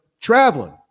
traveling